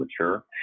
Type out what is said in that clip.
mature